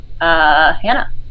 Hannah